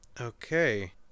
Okay